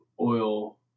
oil